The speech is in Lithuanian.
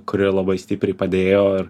kuri labai stipriai padėjo ir